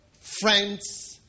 friends